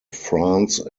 france